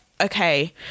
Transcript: okay